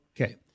Okay